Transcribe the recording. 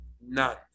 None